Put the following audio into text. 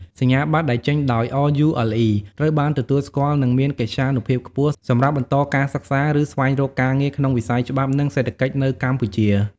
សញ្ញាបត្រដែលចេញដោយ RULE ត្រូវបានទទួលស្គាល់ និងមានកិត្យានុភាពខ្ពស់សម្រាប់បន្តការសិក្សា ឬស្វែងរកការងារក្នុងវិស័យច្បាប់ និងសេដ្ឋកិច្ចនៅកម្ពុជា។